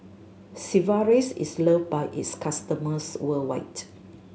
Sigvaris is loved by its customers worldwide